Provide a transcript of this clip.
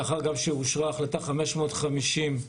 לאחר שאושרה החלטה 550,